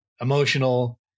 emotional